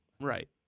right